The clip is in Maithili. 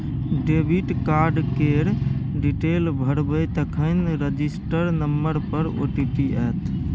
डेबिट कार्ड केर डिटेल भरबै तखन रजिस्टर नंबर पर ओ.टी.पी आएत